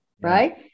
Right